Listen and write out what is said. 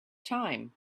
time